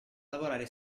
lavorare